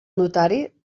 notari